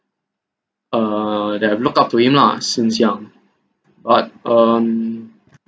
uh that I have look up to him lah since young but um